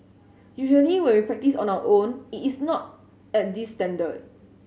usually when we practise on our own it is not at this standard